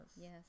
Yes